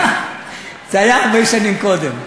זה היה הרבה שנים קודם.